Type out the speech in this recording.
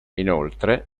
inoltre